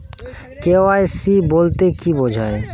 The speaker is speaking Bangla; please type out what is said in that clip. কে.ওয়াই.সি বলতে কি বোঝায়?